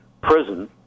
prison